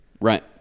Right